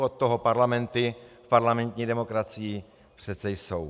Od toho parlamenty v parlamentní demokracii přeci jsou.